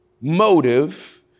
motive